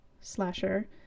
slasher